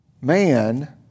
man